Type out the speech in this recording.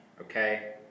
okay